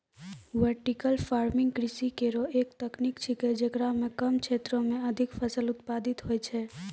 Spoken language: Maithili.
वर्टिकल फार्मिंग कृषि केरो एक तकनीक छिकै, जेकरा म कम क्षेत्रो में अधिक फसल उत्पादित होय छै